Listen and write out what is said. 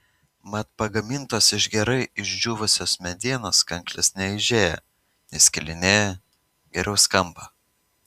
mat pagamintos iš gerai išdžiūvusios medienos kanklės neaižėja neskilinėja geriau skamba